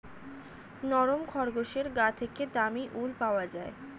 নরম খরগোশের গা থেকে দামী উল পাওয়া যায়